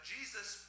Jesus